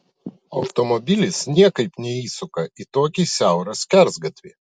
automobilis niekaip neįsuka į tokį siaurą skersgatvį